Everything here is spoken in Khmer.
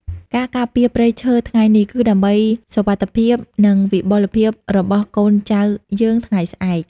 ការការពារព្រៃឈើថ្ងៃនេះ គឺដើម្បីសុវត្ថិភាព និងវិបុលភាពរបស់កូនចៅយើងថ្ងៃស្អែក។